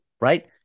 Right